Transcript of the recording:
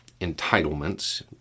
entitlements